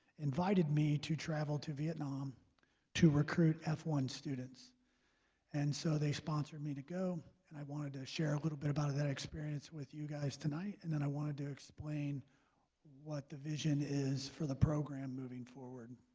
invited me to travel to vietnam to recruit f one students and so they sponsored me to go and i wanted to share a little bit about that experience with you guys tonight and then i wanted to explain what the vision is for the program moving forward